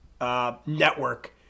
network